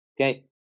okay